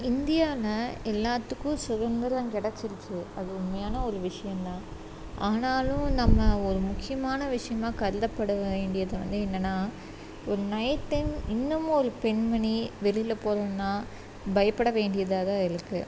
இந்தியானால் எல்லாத்துக்கும் சுதந்திரம் கிடச்சிருச்சு அது உண்மையான ஒரு விஷயம் தான் ஆனாலும் நம்ம ஒரு முக்கியமாக விஷயமா கருதப்பட வேண்டியது வந்து என்னென்னா ஒரு நைட் டைம் இன்னமும் ஒரு பெண்மணி வெளியில் போகிறதுனா பயப்பட வேண்டியதாக தான் இருக்குது